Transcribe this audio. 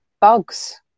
bugs